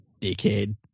dickhead